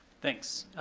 thanks.